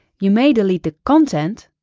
you may delete the content,